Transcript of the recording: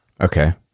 Okay